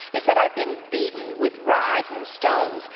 he said i've been beaten with rods and stones.